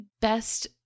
best